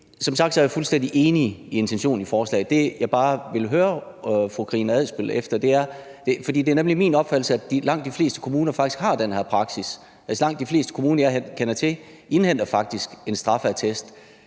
Som sagt er jeg fuldstændig enig i intentionen i forslaget. Det, jeg bare vil høre fru Karina Adsbøl om, er, om ikke – det er nemlig min opfattelse – langt de fleste kommuner faktisk har den her praksis. Langt de fleste kommuner, jeg kender til, indhenter faktisk en straffeattest.